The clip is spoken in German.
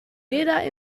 jeder